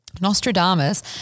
Nostradamus